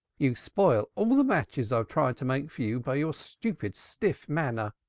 you spoil all the matches i've tried to make for you by your stupid, stiff manner.